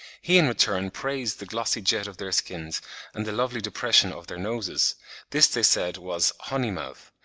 he in return praised the glossy jet of their skins and the lovely depression of their noses this they said was honeymouth,